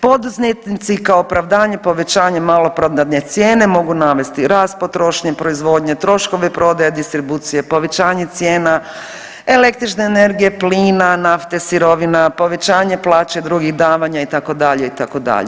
Poduzetnici kao opravdanje povećanja maloprodajne cijene mogu navesti rast potrošnje proizvodnje, troškovi prodaje, distribucije, povećanje cijena električne energije, plina, nafte, sirovina, povećanje plaće, drugih davanja itd. itd.